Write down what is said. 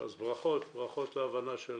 אז ברכות, ברכות להבנה של